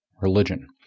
religion